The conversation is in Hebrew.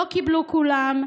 לא קיבלו כולם,